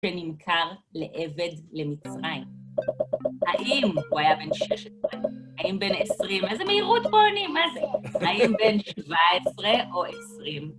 שנמכר לעבד למצרים. האם הוא היה בין שש עשרה, האם בין עשרים, איזה מהירות פה, אני, מה זה? האם בין שבעה עשרה או עשרים?